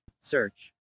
Search